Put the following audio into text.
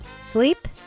Sleep